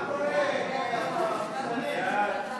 ההסתייגות לחלופין של קבוצת סיעת מרצ וקבוצת סיעת העבודה